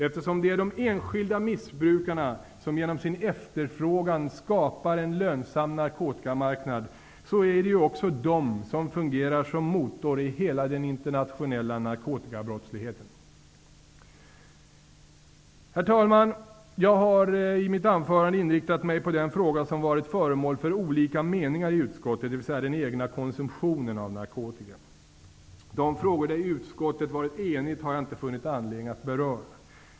Eftersom det är de enskilda missbrukarna som genom sin efterfrågan skapar en lönsam narkotikamarknad är det ju också de som fungerar som motor i hela den internationella narkotikabrottsligheten. Herr talman! Jag har i mitt anförande inriktat mig på den fråga som har varit föremål för olika meningar i utskottet, d.v.s. den egna konsumtionen av narkotika. De frågor som man i utskottet har varit enig om har jag inte funnit anledning att beröra.